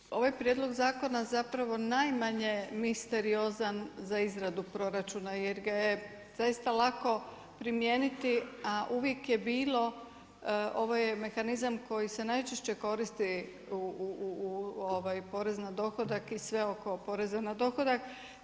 Pa mislim da je ovaj prijedlog zakona zapravo najmanje misteriozan za izradu proračuna jer ga je zaista lako primijeniti a uvijek je bilo, ovo je mehanizam koji se najčešće koristi porez na dohodak i sve oko poreza na dohodak.